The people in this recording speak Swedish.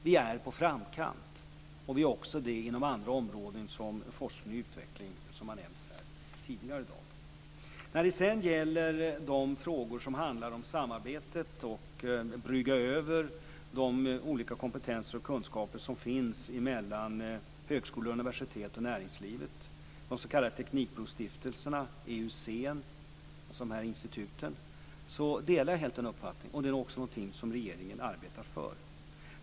Vi ligger på framkant, också inom andra områden såsom forskning och utveckling, vilket har nämnts här tidigare i dag. Beträffande samarbete och brygga över de olika kompetenser och kunskaper som finns mellan bl.a. högskolor, universitet, näringslivet, de s.k. teknikbrostiftelserna och IUC:er delar jag helt den uppfattningen. Detta är också någonting som regeringen arbetar för.